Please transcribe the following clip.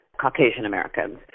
Caucasian-Americans